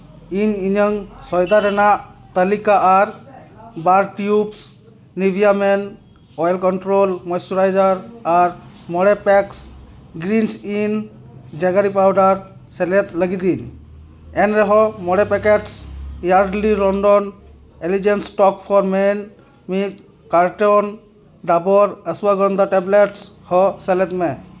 ᱤᱧ ᱤᱧᱟᱹᱝ ᱥᱚᱭᱫᱟ ᱨᱮᱱᱟᱜ ᱛᱟᱹᱞᱤᱠᱟ ᱟᱨ ᱵᱟᱨ ᱴᱤᱭᱩᱵᱥ ᱱᱤᱭᱩᱡᱤᱭᱟᱢᱮᱱ ᱚᱭᱮᱞ ᱠᱚᱱᱴᱨᱳᱞ ᱢᱚᱥᱴᱨᱩᱨᱟᱭᱡᱟᱨ ᱟᱨ ᱢᱚᱬᱮ ᱯᱮᱠ ᱜᱨᱤᱱᱥ ᱤᱱ ᱡᱮᱜᱟᱨᱤ ᱯᱟᱣᱰᱟᱨ ᱥᱮᱞᱮᱫ ᱞᱟᱹᱜᱤᱫ ᱤᱧ ᱮᱱ ᱨᱮᱦᱚᱸ ᱢᱚᱬᱮ ᱯᱮᱠᱮᱴ ᱤᱭᱟᱨᱞᱤ London elegant stop for men ᱢᱤᱫ ᱠᱟᱨᱴᱚᱱ ᱰᱟᱵᱚᱨ ᱚᱥᱣᱟᱜᱚᱱᱫᱷᱚ ᱴᱮᱵᱞᱮᱴᱥ ᱦᱚᱸ ᱥᱮᱞᱮᱫ ᱢᱮ